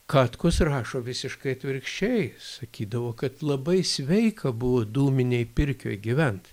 katkus rašo visiškai atvirkščiai sakydavo kad labai sveika buvo dūminėj pirkioj gyvent